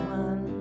one